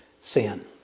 sin